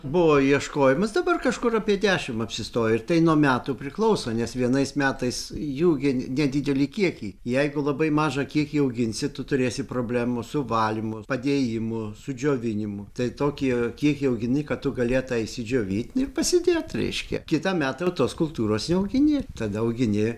buvo ieškojimas dabar kažkur apie dešimt apsistojo ir tai nuo metų priklauso nes vienais metais jų gi nedideliai kiekiai jeigu labai mažą kiekį auginsi tu turėsi problemų su valymu padėjimu su džiovinimu tai tokį kiekį augini kad tu galėtai išsidžiovint ir pasidėt reiškia kitą metą jau tos kultūros neaugini tada augini